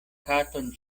katon